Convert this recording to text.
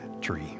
tree